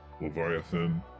Leviathan